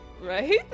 Right